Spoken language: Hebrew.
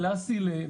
קלאסי.